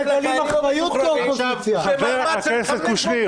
התנגדתי לתוכנית --- חבר הכנסת קושניר,